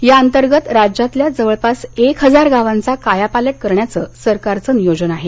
या अंतर्गत राज्यातल्या जवळपास एक हजार गावांचा कायापालट करण्याचं सरकारचं नियोजन आहे